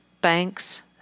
banks